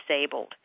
disabled